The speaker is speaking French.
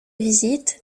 visite